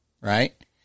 right